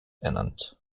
ernannt